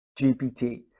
GPT